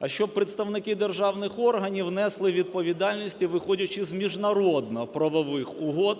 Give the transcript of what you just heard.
а щоб представники державних органів несли відповідальність, виходячи з міжнародно-правових угод